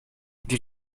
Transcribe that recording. die